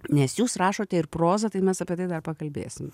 nes jūs rašote ir prozą tai mes apie tai dar pakalbėsim